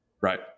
Right